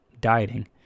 dieting